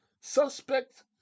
Suspect